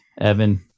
Evan